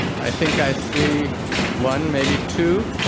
i think i see one, maybe two.